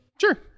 Sure